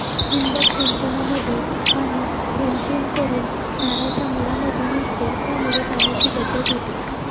ठिबक सिंचनामध्ये पाणी थेंब थेंब करून झाडाच्या मुळांमध्ये मुरते, त्यामुळे पाण्याची बचत होते